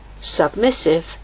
submissive